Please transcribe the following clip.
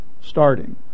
starting